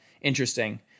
interesting